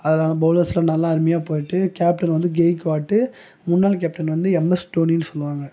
அதில் அவங்க பவுலர்ஸ்லாம் நல்லா அருமையாக போட்டு கேப்டன் வந்து கெய்க்வாட்டு முன்னால் கேப்டன் வந்து எம்எஸ் தோனினு சொல்வாங்கள்